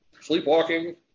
sleepwalking